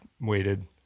waited